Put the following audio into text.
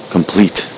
Complete